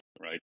right